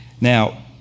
Now